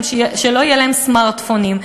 שלא יהיו להם סמארטפונים.